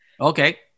Okay